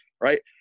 right